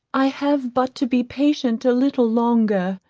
i have but to be patient a little longer,